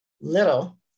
little